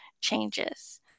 changes